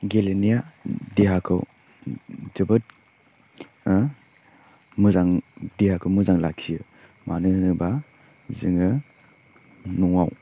गेलेनाया देहाखौ जोबोद मोजां देहाखौ मोजां लाखियो मानो होनोबा जोङो न'वाव